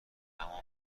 همان